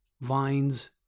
Vines